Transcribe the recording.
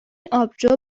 آبجو